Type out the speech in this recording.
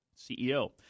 CEO